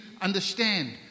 understand